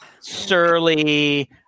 surly